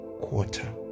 quarter